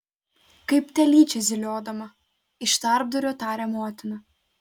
kaip telyčia zyliodama iš tarpdurio taria motina